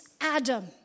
Adam